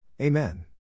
Amen